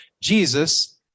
Jesus